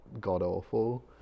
god-awful